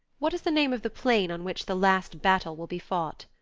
what is the name of the plain on which the last battle will be fought?